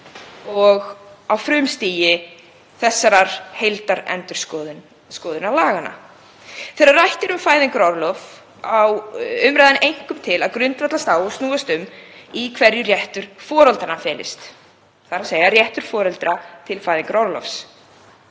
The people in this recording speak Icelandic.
og á frumstigi þessarar heildarendurskoðunar laganna. Þegar rætt er um fæðingarorlof á umræðan það einkum til að grundvallast á og snúast um í hverju réttur foreldranna felist, þ.e. réttur foreldra til fæðingarorlofs.